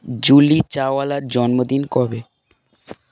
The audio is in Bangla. জুহি চাওয়ালার জন্মদিন কবে